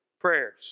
prayers